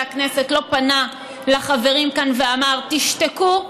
הכנסת לא פנו לחברים כאן ואמר: תשתקו,